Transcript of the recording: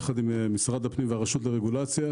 משרד הפנים והרשות לרגולציה,